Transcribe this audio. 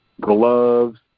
gloves